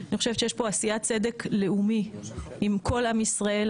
אני חושבת שיש פה עשיית צדק לאומי עם כל עם ישראל.